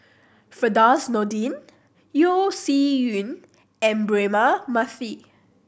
Firdaus Nordin Yeo Shih Yun and Braema Mathi